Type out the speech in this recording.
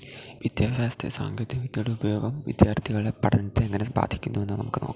വിദ്യാഭ്യാസത്തെ സാങ്കേതികവിദ്യയുടെ ഉപയോഗം വിദ്യാർത്ഥികളുടെ പഠനത്തെ എങ്ങനെ സാധിക്കുന്നു എന്ന് നമുക്ക് നോക്കാം